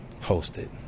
Hosted